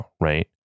Right